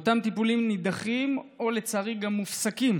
אותם טיפולים נדחים או לצערי גם מופסקים